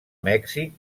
mèxic